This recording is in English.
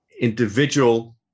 individual